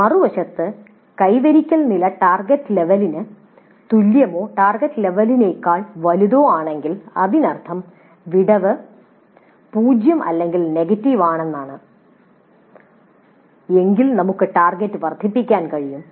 മറുവശത്ത് കൈവരിക്കൽ നില ടാർഗെറ്റ് ലെവലിനു തുല്യമോ ടാർഗെറ്റ് ലെവലിനേക്കാൾ വലുതോ ആണെങ്കിൽ അതിനർത്ഥം വിടവ് 0 അല്ലെങ്കിൽ നെഗറ്റീവ് ആണെങ്കിൽ നമുക്ക് ടാർഗെറ്റ് വർദ്ധിപ്പിക്കാൻ കഴിയും